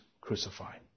crucified